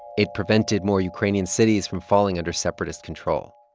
it prevented more ukrainian cities from falling under separatist control.